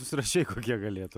susirašei kokie galėtų